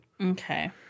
Okay